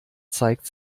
zeigt